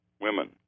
women